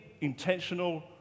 intentional